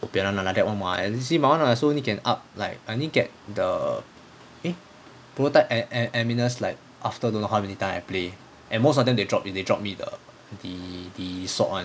bo pian like that [one] [what] and you see my [one] also can only up like I only get the eh prototype an~ an~ animus after like don't know how many times I play and most of them they drop me they drop me with the the the sword [one]